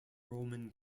roman